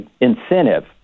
incentive